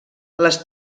les